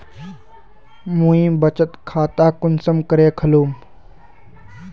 मुई बचत खता कुंसम करे खोलुम?